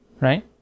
right